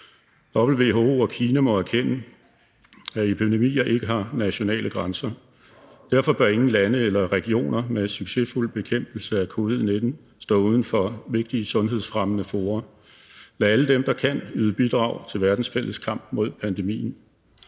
WHO og Kina må erkende, at epidemier ikke har nationale grænser. Derfor bør ingen lande eller regioner med succesfuld bekæmpelse af covid-19 stå uden for vigtige sundhedsfremmende fora. Lad alle dem, der kan, yde bidrag til verdens fælles kamp mod pandemien.